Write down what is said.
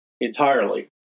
entirely